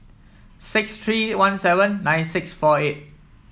six three one seven nine six four eight